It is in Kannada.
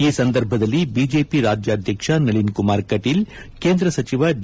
ಈ ಸಂದರ್ಭದಲ್ಲಿ ಬಿಜೆಪಿ ರಾಜ್ಯಾಧ್ವಕ್ಷ ನಳಿನ್ ಕುಮಾರ್ ಕಟೀಲ್ ಕೇಂದ್ರ ಸಚಿವ ಡಿ